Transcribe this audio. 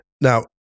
Now